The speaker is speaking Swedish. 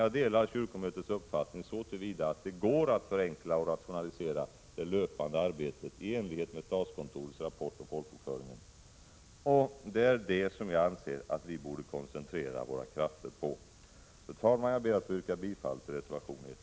Jag delar kyrkomötets uppfattning så till vida att det går att förenkla och rationalisera det löpande arbetet i enlighet med statskontorets rapport om folkbokföringen. Det är det som jag anser att vi borde koncentrera våra krafter på. Fru talman! Jag ber att få yrka bifall till reservation 1.